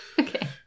okay